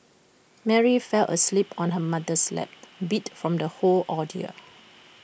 Mary fell asleep on her mother's lap beat from the whole ordeal